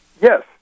Yes